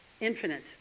infinite